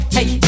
Hey